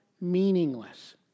meaningless